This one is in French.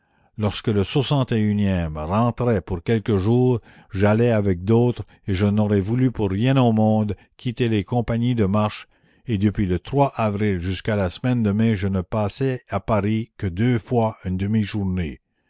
lorsque le e rentrait pour quelques jours j'allais avec d'autres je n'aurais voulu pour rien au monde quitter les compagnies de marche et depuis le avril jusqu'à la semaine de mai je ne passai à paris que deux fois une